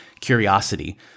curiosity